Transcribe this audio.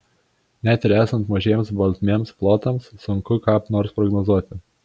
net ir esant mažiems baltmėms plotams sunku ką nors prognozuoti